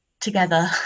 together